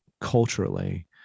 culturally